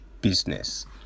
business